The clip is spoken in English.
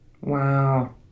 Wow